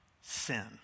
sin